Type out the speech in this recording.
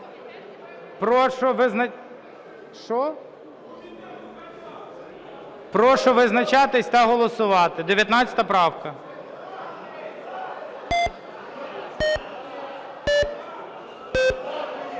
Прошу визначатись та голосувати, 19 правка.